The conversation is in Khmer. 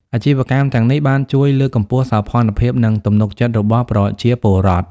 អាជីវកម្មទាំងនេះបានជួយលើកកម្ពស់សោភ័ណភាពនិងទំនុកចិត្តរបស់ប្រជាពលរដ្ឋ។